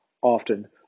Often